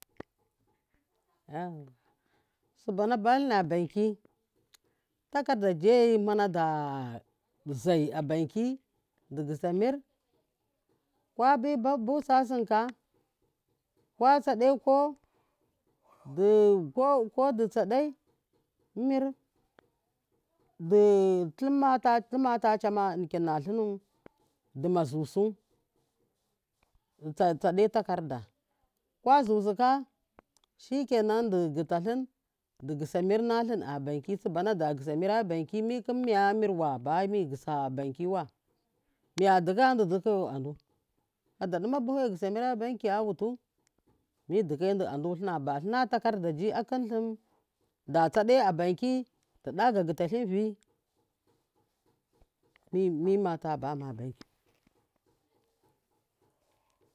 subama balina banki takarda jeyi manada zai abanki digisa mir babi busa simka kwa tsade ko du ko du tsade mir du lumma ta tsama a nikir natli nu ditma zusu du tsade takarda kwa zusuka shikenan du ghuta hum dugu sa mir dalim abanki subana dagisa mira banki miktn miya mir wa mi miya dikaya ndi dikayau andu fada da ɗitma bafu a gisa mira banki yawutu midikaidi adu thina batlina takarda ji a khum khum da tsade a banki diɗa gagita lin vi mimata bama a bankiyu.